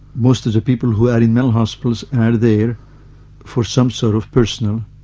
most of the people who are in mental hospitals are there for some sort of personal,